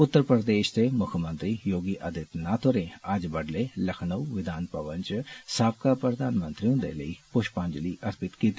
उत्तर प्रदेष दे मुक्खमंत्री योगी आदित्यनाथ होरें अज्ज बड़ुले लखनऊ विधान भवन च साबका प्रधानमंत्री हुन्दे लेई पुश्पांजलि अर्पित कीती